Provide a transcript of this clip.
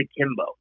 akimbo